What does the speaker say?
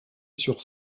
sur